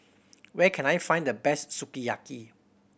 where can I find the best Sukiyaki